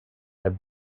have